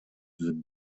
түзүлдү